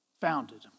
founded